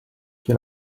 che